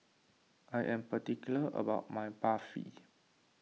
I am particular about my Barfi